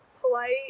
polite